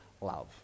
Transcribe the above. love